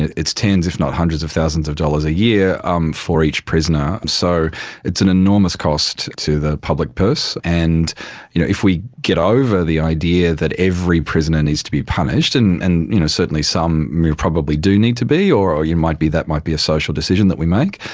its tens if not hundreds of thousands of dollars a year um for each prisoner, so it's an enormous cost to the public purse, and you know if we get over the idea that every prisoner needs to be punished, and and you know certainly some probably do need to be or or you know that might be a social decision that we make,